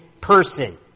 person